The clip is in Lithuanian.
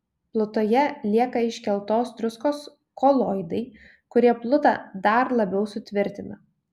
plutoje lieka iškeltos druskos koloidai kurie plutą dar labiau sutvirtina